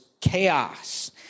chaos